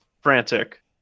frantic